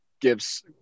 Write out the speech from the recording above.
gives